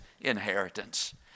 inheritance